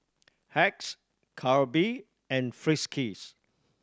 Hacks Calbee and Friskies